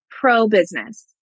pro-business